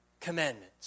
commandments